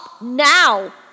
now